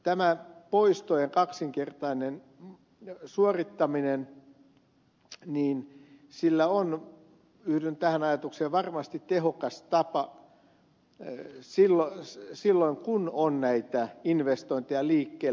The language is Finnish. tämä poistojen kaksinkertainen suorittaminen on yhdyn tähän ajatukseen varmasti tehokas tapa silloin kun on näitä investointeja liikkeellä